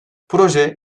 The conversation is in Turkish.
proje